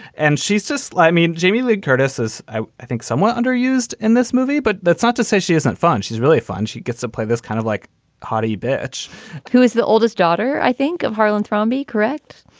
and she's just like mean jamie lee curtis is, i think, somewhat underused in this movie but that's not to say she isn't funny. she's really fun she gets to play this kind of like haughty bitch who is the oldest daughter, i think, of harlan thrombus, correct?